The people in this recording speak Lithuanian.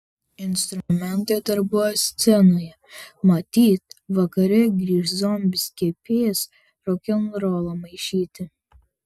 instrumentai dar buvo scenoje matyt vakare grįš zombis kepėjas rokenrolo maišyti